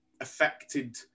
affected